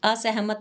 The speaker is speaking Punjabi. ਅਸਹਿਮਤ